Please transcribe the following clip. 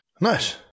Nice